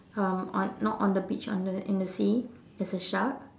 um on not on the beach in the sea there's a shark